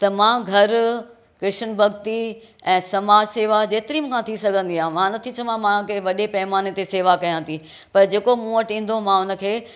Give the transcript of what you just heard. त मां घरु कृष्ण भक्ती ऐं समाज शेवा जेतिरी मूंखां थी सघंदी आहे मां नथी चवां मां कंहिं वॾे पइमाने ते शेवा कयां थी पर जेको मूं वटि ईंदो मां हुन खे